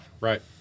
right